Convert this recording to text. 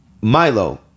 Milo